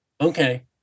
Okay